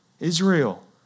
Israel